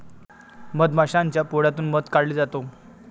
मधमाशाच्या पोळ्यातून मध काढला जातो